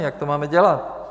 Jak to máme dělat?